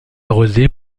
arrosée